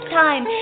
time